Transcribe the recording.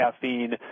caffeine